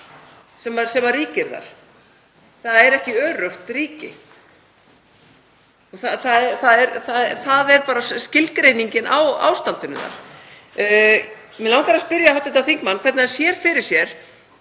að þar ríkir óstjórn. Það er ekki öruggt ríki. Það er bara skilgreiningin á ástandinu þar. Mig langar að spyrja hv. þingmann hvernig hann sér fyrir sér